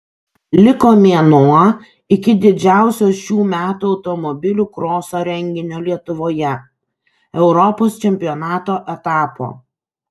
liko mėnuo iki didžiausio šių metų automobilių kroso renginio lietuvoje europos čempionato etapo